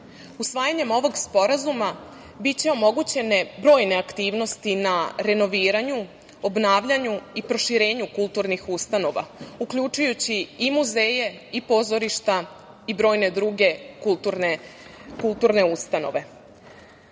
države. Usvajanjem ovog sporazuma biće omogućene brojne aktivnosti na renoviranju, obnavljanju i proširenju kulturnih ustanova, uključujući i muzeje i pozorišta i brojne druge kulturne